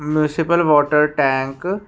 municipal water tank